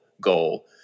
goal